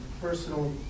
personal